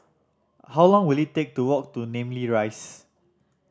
how long will it take to walk to Namly Rise